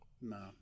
No